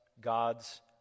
God's